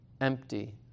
empty